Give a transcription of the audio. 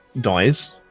dies